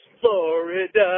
Florida